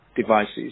devices